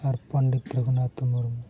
ᱟᱨ Pandit Raghunath Murmu